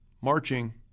Marching